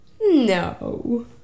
No